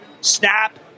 Snap